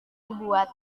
dibuat